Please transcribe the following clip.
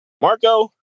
Marco